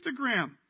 Instagram